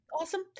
Awesome